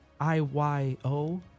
IYO